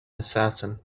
assassin